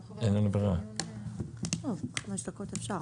בבקשה, בקצרה את הסיכום ואחרי זה את ההקראה.